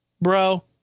bro